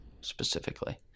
specifically